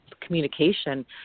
communication